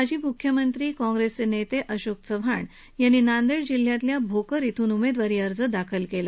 माजी म्ख्यमंत्री काँग्रेसचे नेते अशोक चव्हाण यांनी नांदेड जिल्ह्यातल्या भोकर इथून उमेदवारी अर्ज दाखल केला